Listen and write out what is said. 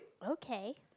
okay